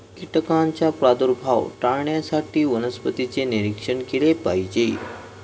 कीटकांचा प्रादुर्भाव टाळण्यासाठी वनस्पतींचे निरीक्षण केले पाहिजे